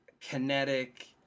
kinetic